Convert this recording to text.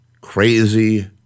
Crazy